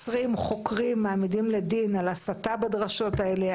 חוקרים ומעמידים לדין על הסתה בדרשות האלה?